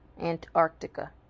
Antarctica